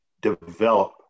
develop